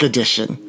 Edition